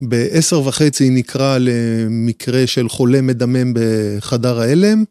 בעשר וחצי נקרא למקרה של חולה מדמם בחדר ההלם.